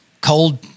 cold